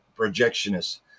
projectionist